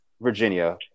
Virginia